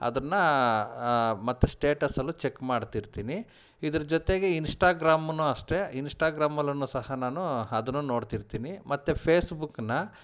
ಅದನ್ನು ಮತ್ತು ಸ್ಟೇಟಸ್ಸಲ್ಲೂ ಚೆಕ್ ಮಾಡ್ತಿರ್ತೀನಿ ಇದರ ಜೊತೆಗೆ ಇನ್ಸ್ಟಾಗ್ರಾಮನ್ನೂ ಅಷ್ಟೇ ಇನ್ಸ್ಟಾಗ್ರಾಮಲ್ಲೂ ಸಹ ನಾನು ಅದನ್ನೂ ನೋಡ್ತಿರ್ತೀನಿ ಮತ್ತು ಫೇಸ್ಬುಕ್ಕನ್ನ